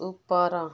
ଉପର